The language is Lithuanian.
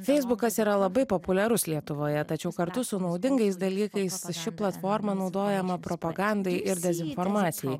feisbukas yra labai populiarus lietuvoje tačiau kartu su naudingais dalykais ši platforma naudojama propagandai ir dezinformaciniai